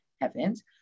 heavens